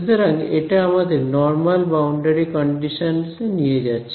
সুতরাং এটা আমাদের নর্মাল বাউন্ডারি কন্ডিশনস এ নিয়ে যাচ্ছে